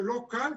שלא כאן,